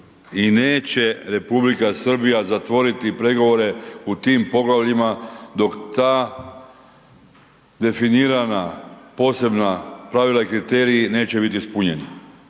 I neće Republika Srbija zatvoriti pregovore u tim poglavljima dok ta definirana, posebna pravila i kriteriji neće biti ispunjeni.